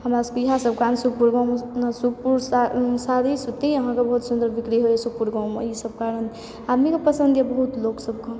हमरा सबकऽ इएह सब काम सुखपुर गाँवमे सुखपुर साड़ी सूत्ती अहाँकऽ बहुत सुन्दर बिक्री होइए सुखपुर गाँवमऽ ई सब कारण आदमीके पसन्द येए बहुत लोक सबकऽ